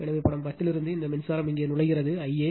எனவே படம் 10 இலிருந்து இந்த மின்சாரம் இங்கே நுழைகிறது Ia